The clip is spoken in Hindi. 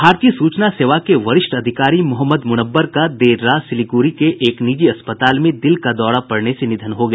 भारतीय सूचना सेवा के वरिष्ठ अधिकारी मोहम्मद मुनव्वर का देर रात सिल्लीगुड़ी के एक निजी अस्पताल में दिल का दौरा पड़ने से निधन हो गया